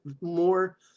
more